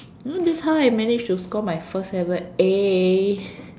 you know that's how I manage to score my first ever A